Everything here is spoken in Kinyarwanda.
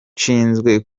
nshinzwe